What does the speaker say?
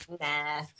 Nah